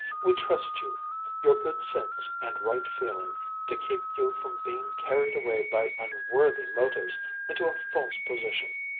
we trust you your good sense and right feeling to keep you from being carried away by unworthy motives into a false position.